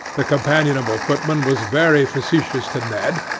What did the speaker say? the companionable footman was very facetious to ned,